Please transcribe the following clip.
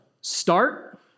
start